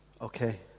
okay